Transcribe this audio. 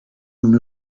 una